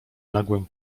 nagłym